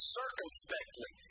circumspectly